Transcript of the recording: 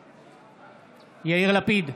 נגד יאיר לפיד,